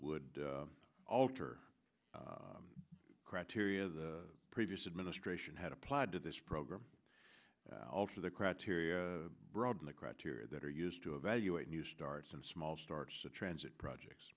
would alter the criteria the previous administration had applied to this program alter the criteria broaden the criteria that are used to evaluate new starts and small starts to transit projects